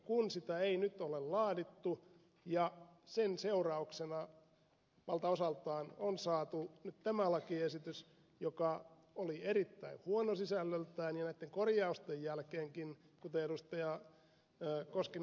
kun sitä ei nyt ole laadittu ja sen seurauksena valtaosaltaan on saatu nyt tämä lakiesitys joka oli erittäin huono sisällöltään ja näitten korjausten jälkeenkään kuten ed